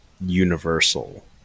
universal